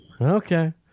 Okay